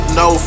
no